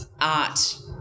art